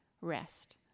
rest